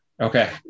Okay